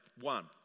One